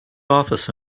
office